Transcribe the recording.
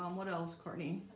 um what else courtney?